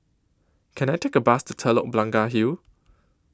Can I Take A Bus to Telok Blangah Hill